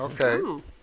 Okay